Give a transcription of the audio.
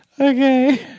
Okay